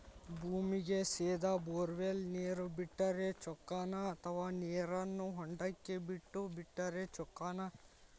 ಭೂಮಿಗೆ ಸೇದಾ ಬೊರ್ವೆಲ್ ನೇರು ಬಿಟ್ಟರೆ ಚೊಕ್ಕನ ಅಥವಾ ನೇರನ್ನು ಹೊಂಡಕ್ಕೆ ಬಿಟ್ಟು ಬಿಟ್ಟರೆ ಚೊಕ್ಕನ?